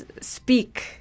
speak